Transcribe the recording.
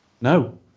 No